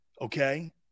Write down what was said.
okay